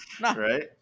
Right